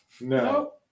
No